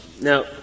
Now